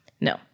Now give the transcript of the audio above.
No